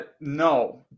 No